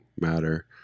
matter